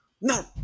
no